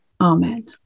Amen